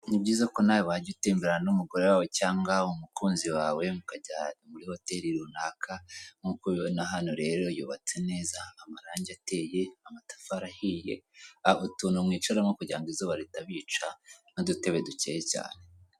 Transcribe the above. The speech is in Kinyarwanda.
Ni byiza ko nawe wajya utemberana n'umugore wawe cyangwa umukunzi wawe mukajya muri hoteli runaka, nkuko ubibona hano rero yubatse neza, amarangi ateye, amatafari ahiye, haba utuntu mwicaramo kugirango izuba ritabica, n'udutebe dukeye cyane.